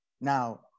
Now